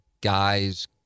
guys